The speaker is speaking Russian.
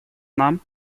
нам